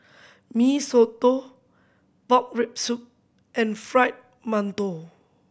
Mee Soto pork rib soup and fry mantou